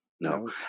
no